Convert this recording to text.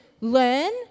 learn